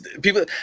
people